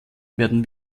werden